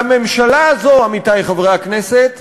והממשלה הזו, עמיתי חברי הכנסת,